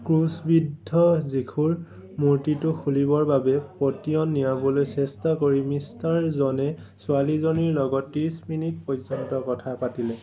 ক্ৰুছবিদ্ধ যীশুৰ মূৰ্তিটো খুলিবৰ বাবে পতিয়ন নিয়াবলৈ চেষ্টা কৰি মিষ্টাৰ জনে ছোৱালীজনীৰ লগত ত্ৰিছ মিনিট পৰ্যন্ত কথা পাতিলে